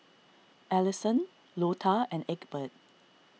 Allisson Lota and Egbert